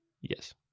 Yes